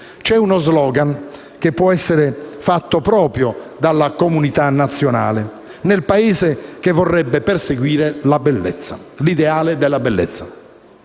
C'è uno *slogan* che può essere fatto proprio dalla comunità nazionale nel Paese che vorrebbe perseguire l'ideale della bellezza: